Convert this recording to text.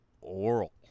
oral